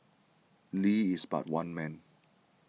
Lee is but one man